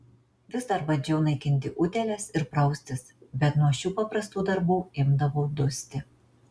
vis dar bandžiau naikinti utėles ir praustis bet nuo šių paprastų darbų imdavau dusti